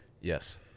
Yes